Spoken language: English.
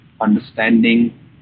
understanding